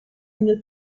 une